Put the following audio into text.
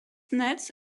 nets